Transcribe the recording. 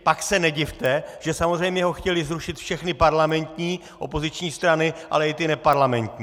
Pak se nedivte, že samozřejmě ho chtěli zrušit všechny parlamentní opoziční strany, ale i ty neparlamentní.